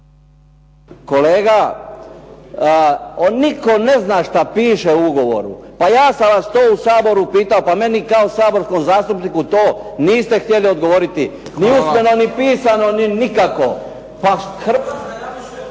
Kolega nitko ne zna što piše u ugovoru. Pa ja sam vas to u Saboru pitao, pa meni kao saborskom zastupniku to meni niste htjeli odgovoriti, ni usmeno, ni pisano, ni nikako. …